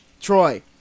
Troy